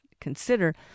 consider